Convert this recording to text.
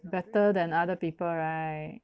better than other people right